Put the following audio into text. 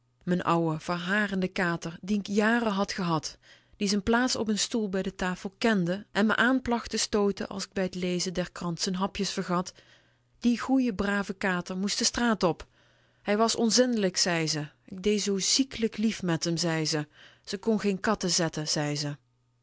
m'n ouwe verharende kater dien k jaren had gehad die z'n plaats op n stoel bij de tafel kende en me aan placht te stooten als k bij t lezen der krant z'n hapjes vergat die goeie brave kater moest de straat op hij was onzindelijk zei ze ik dee zoo ziekelijk lief met m zei ze ze kon geen katten zetten zei ze